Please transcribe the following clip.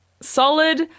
solid